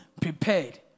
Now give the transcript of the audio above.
prepared